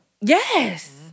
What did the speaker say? Yes